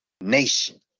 nation